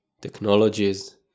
technologies